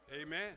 Amen